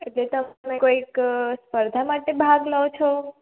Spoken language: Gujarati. એટલે તમે કોઈક સ્પર્ધા માટે ભાગ લો છો